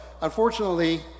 unfortunately